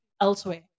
elsewhere